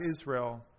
Israel